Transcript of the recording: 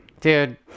Dude